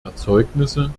erzeugnisse